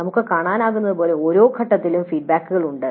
നമുക്ക് കാണാനാകുന്നതുപോലെ ഓരോ ഘട്ടത്തിലും ഫീഡ്ബാക്കുകൾ ഉണ്ട്